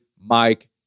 Mike